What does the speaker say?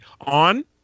on